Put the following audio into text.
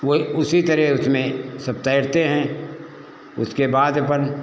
वो ही उसी तरह उसमें सब तैरते हैं उसके बाद अपन